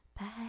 Bye